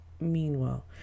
Meanwhile